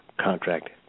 Contract